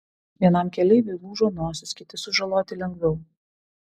vienam keleiviui lūžo nosis kiti sužaloti lengviau